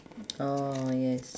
oh yes